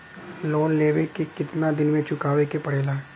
Loan लेवे के कितना दिन मे चुकावे के पड़ेला?